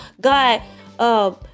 God